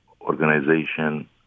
organization